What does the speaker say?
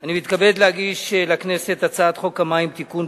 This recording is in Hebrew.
אני מתכבד להגיש לכנסת את הצעת חוק המים (תיקון,